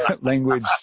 language